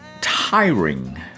tiring